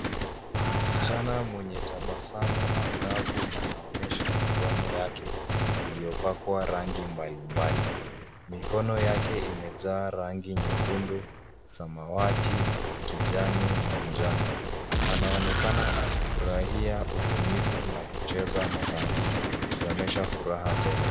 Msichana mwenye tabasamu, angavu anaonesha mikono yake iliyopakwa rangi mbali mbali. Mikono yake imejaa rangi nyekundu, samawati, kijani na njano. Anaonekana akifurahia ubunifu na kucheza na rangi, akionyesha furaha tele.